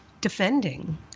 defending